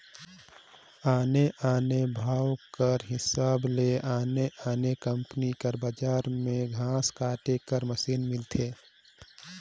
आने आने भाव कर हिसाब ले आने आने कंपनी कर बजार में घांस काटे कर मसीन मिलथे